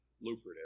lucrative